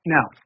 Now